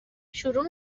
شروع